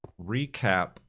recap